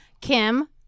Kim